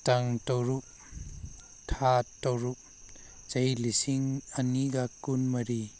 ꯇꯥꯡ ꯇꯔꯨꯛ ꯊꯥ ꯇꯔꯨꯛ ꯆꯍꯤ ꯂꯤꯁꯤꯡ ꯑꯅꯤꯒ ꯀꯨꯟ ꯃꯔꯤ